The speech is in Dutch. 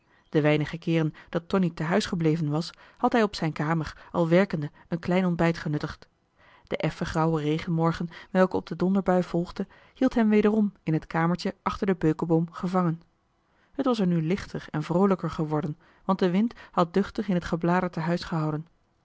de weinige keeren dat tonie te huis gebleven was had hij op zijn kamer al werkende een klein ontbijt genuttigd de effen grauwe regenmorgen welke op de donderbui volgde hield hem wederom in het kamertje achter den beukeboom gevangen het was er nu lichter en vroolijker geworden want de wind had duchtig in het gebladerte